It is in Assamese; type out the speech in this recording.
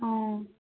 অঁ